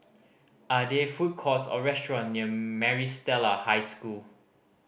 are there food courts or restaurant near Maris Stella High School